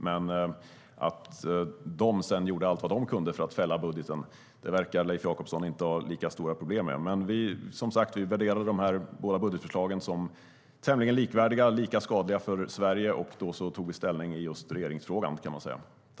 Att borgarna sedan gjorde allt de kunde för att fälla budgeten verkar Leif Jakobsson inte ha lika stora problem med.